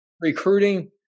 Recruiting